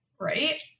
right